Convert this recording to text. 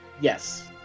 yes